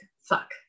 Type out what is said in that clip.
fuck